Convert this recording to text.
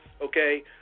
okay